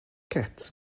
cats